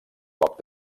poc